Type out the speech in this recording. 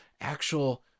actual